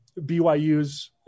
BYU's